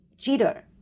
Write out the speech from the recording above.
cheater